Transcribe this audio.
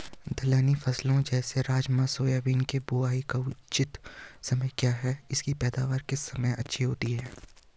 दलहनी फसलें जैसे राजमा सोयाबीन के बुआई का उचित समय क्या है इसकी पैदावार किस समय अच्छी होती है?